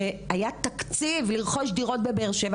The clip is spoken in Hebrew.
כשהיה תקציב לרכוש דירות בבאר שבע,